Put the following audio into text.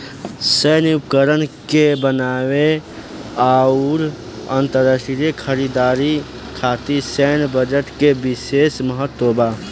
सैन्य उपकरण के बनावे आउर अंतरराष्ट्रीय खरीदारी खातिर सैन्य बजट के बिशेस महत्व बा